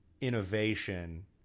innovation